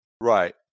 Right